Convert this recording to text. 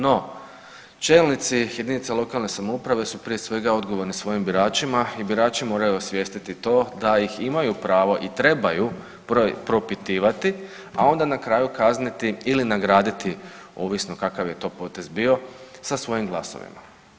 No, čelnici jedinica lokalne samouprave su prije svega odgovorni svojim biračima i birači moraju osvijestiti to da ih imaju pravo i trebaju propitivati, a onda na kraju kazniti ili nagraditi ovisno kakav je to potez bio sa svojim glasovima.